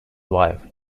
wife